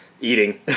eating